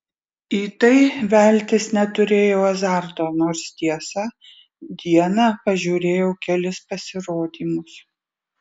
į tai veltis neturėjau azarto nors tiesa dieną pažiūrėjau kelis pasirodymus